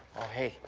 oh hey,